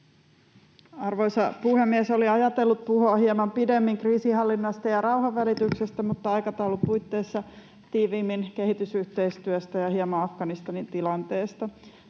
Arvoisa puhemies! Olin ajatellut puhua hieman pidemmin kriisinhallinnasta ja rauhanvälityksestä, mutta aikataulun puitteissa tiiviimmin kehitysyhteistyöstä ja hieman Afganistanin tilanteesta.